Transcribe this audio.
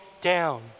down